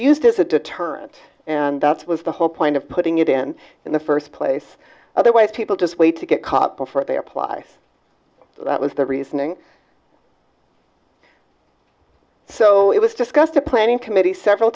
used as a deterrent and that's was the whole point of putting it in in the first place otherwise people just wait to get caught before they apply so that was the reasoning so it was discussed a planning committee several